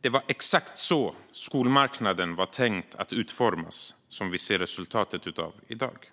det blev exakt så som skolmarknaden var tänkt att utformas som vi i dag ser som resultat.